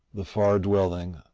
the far dwelling,